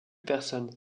personne